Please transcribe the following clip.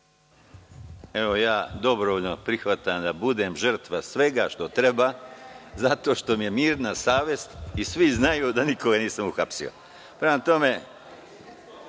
Dobrovoljno prihvatam da budem žrtva svega što treba zato što mi je mirna savest i svi znaju da nikoga nisam uhapsio. Ako je